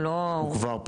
הוא כבר פועל?